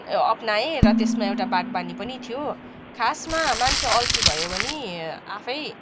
अपनाएँ र त्यसमा एउटा बागवानी पनि थियो खासमा मान्छे अल्छी भयो भने आफै